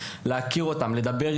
להכיר ולדבר.